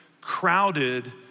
Crowded